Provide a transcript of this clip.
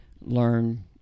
learn